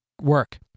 work